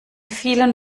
vielen